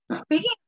Speaking